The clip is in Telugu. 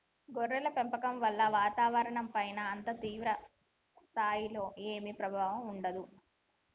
గొర్రెల పెంపకం వల్ల వాతావరణంపైన అంత తీవ్ర స్థాయిలో ఏమీ ప్రభావం ఉండదు